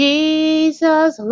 Jesus